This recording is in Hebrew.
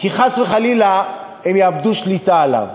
כי חס וחלילה הם יאבדו שליטה עליו.